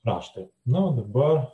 raštai na o dabar